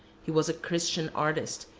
he was a christian artist,